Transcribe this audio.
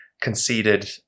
conceded